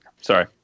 Sorry